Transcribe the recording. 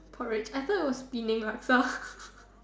porridge I thought it was Penang laksa